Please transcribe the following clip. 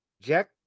jack